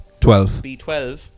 B12